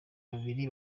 babiri